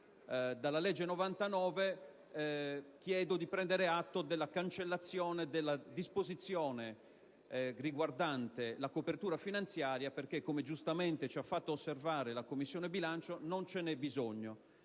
del 2009, chiedo di prendere atto della cancellazione della disposizione riguardante la copertura finanziaria perché, come giustamente ci ha fatto osservare la Commissioni bilancio, non ce n'è bisogno.